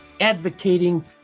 advocating